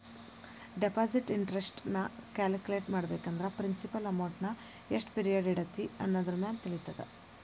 deposit interest ನ calculate ಮಾಡ್ಬೇಕಂದ್ರ principal ಅಮೌಂಟ್ನಾ ಎಷ್ಟ್ ಪಿರಿಯಡ್ ಇಡತಿ ಅನ್ನೋದರಮ್ಯಾಲೆ ತಿಳಿತದ